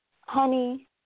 honey